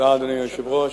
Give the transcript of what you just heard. אדוני היושב-ראש,